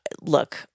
Look